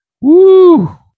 woo